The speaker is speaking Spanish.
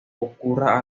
ocurra